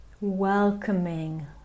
welcoming